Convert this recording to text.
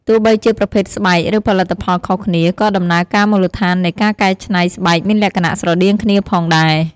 ទោះបីជាប្រភេទស្បែក ឬផលិតផលខុសគ្នា ក៏ដំណើរការមូលដ្ឋាននៃការកែច្នៃស្បែកមានលក្ខណៈស្រដៀងគ្នាផងដែរ។